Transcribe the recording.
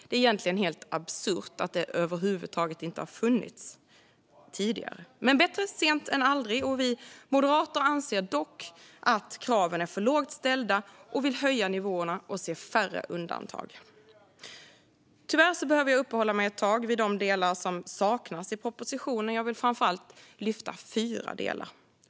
Det är egentligen helt absurt att det över huvud taget inte har funnits tidigare. Men bättre sent än aldrig! Vi moderater anser dock att kraven är för lågt ställda och vill höja nivåerna och se färre undantag. Tyvärr behöver jag uppehålla mig ett tag vid de delar som saknas i propositionen. Jag vill framför allt lyfta fyra delar.